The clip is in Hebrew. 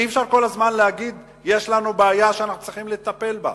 אי-אפשר להגיד כל הזמן שיש לנו בעיה שצריכים לטפל בה.